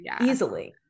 easily